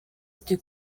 uti